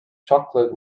chocolate